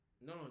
No